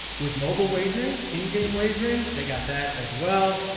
with mobile wagering in game wagering. they got that as well.